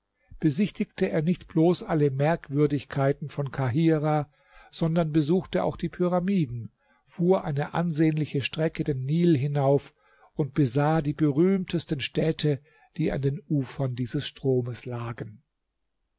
besichtigte er nicht bloß alle merkwürdigkeiten von kahirah sondern besuchte auch die pyramiden fuhr eine ansehnliche strecke den nil hinauf und besah die berühmtesten städte die an den ufern dieses stromes lagen